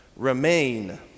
remain